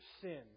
sin